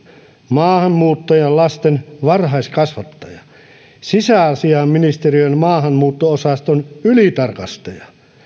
maahanmuuttajalasten varhaiskasvattaja sisäasiainministeriön maahanmuutto osaston ylitarkastaja